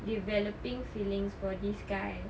developing feelings for this guy